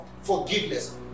forgiveness